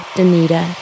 Danita